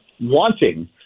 wanting